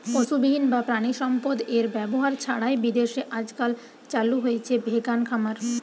পশুবিহীন বা প্রাণিসম্পদএর ব্যবহার ছাড়াই বিদেশে আজকাল চালু হইচে ভেগান খামার